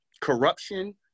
corruption